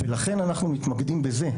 לכן אנחנו מתמקדים בזה,